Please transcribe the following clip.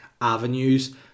avenues